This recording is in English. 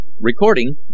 Recording